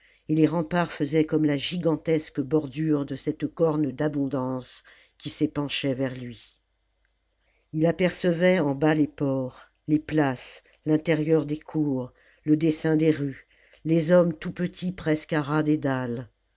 et les remparts faisaient comme la gigantesque bordure de cette corne d'abondance qui s'épanchait vers lui il apercevait en bas les ports les places l'intérieur des cours le dessin des rues les hommes tout petits presque à ras des dalles